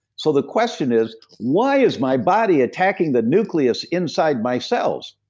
so the question is, why is my body attacking the nucleus inside my cells?